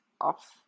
off